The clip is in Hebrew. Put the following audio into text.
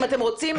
אם אתם רוצים,